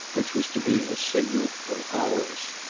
which was to be the signal of ours.